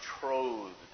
betrothed